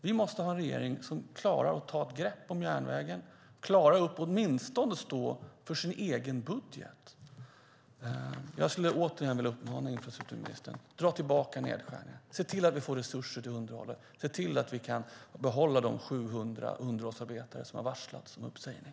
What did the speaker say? Vi måste ha en regering som klarar att ta ett grepp om järnvägen och klarar att åtminstone stå för sin egen budget. Jag vill återigen uppmana infrastrukturministern att dra tillbaka nedskärningarna, se till att vi får resurser till underhåll och se till att vi kan behålla de 700 underhållsarbetare som har varslats om uppsägning.